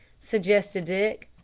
suggested dick.